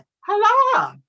hello